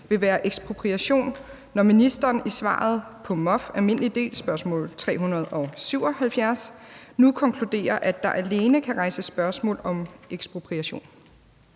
vil være ekspropriation, når ministeren i svaret på MOF alm. del – spørgsmål 377 (folketingsåret 2023-24) nu konkluderer, at der alene kan rejses spørgsmål om ekspropriation?